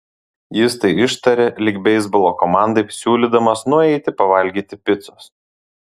jis tai ištarė lyg beisbolo komandai siūlydamas nueiti pavalgyti picos